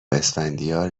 اسفندیار